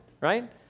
Right